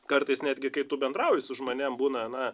kartais netgi kai tu bendrauji su žmonėms būna na